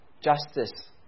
Justice